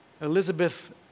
Elizabeth